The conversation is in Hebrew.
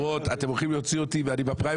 הכנסת.